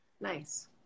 Nice